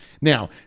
Now